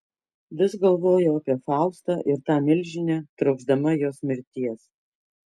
vis galvojau apie faustą ir tą milžinę trokšdama jos mirties